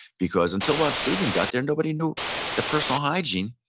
because, until von steuben got there, nobody knew that personal hygiene,